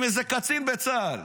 עם איזה קצין בצה"ל